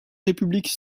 républiques